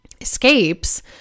Escapes